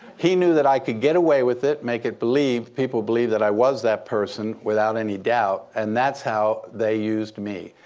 he knew that i could get away with it, make people believe people believe that i was that person without any doubt. and that's how they used me.